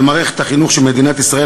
על מערכת החינוך של מדינת ישראל,